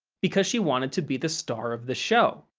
because she wanted to be the star of the show.